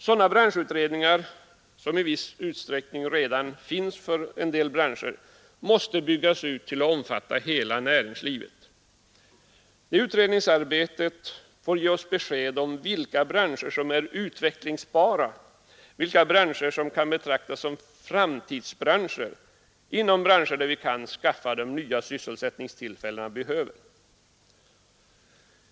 Sådana branschutredningar, som i viss utsträckning redan igångsatts, måste byggas ut till att omfatta hela näringslivet. Detta utredningsarbete får ge oss besked om vilka branscher som är utvecklingsbara, vilka branscher som kan betraktas som framtidsbranscher där vi kan skapa de nya sysselsättningstillfällen som behövs.